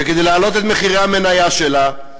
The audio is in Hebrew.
וכדי להעלות את מחירי המניה שלה,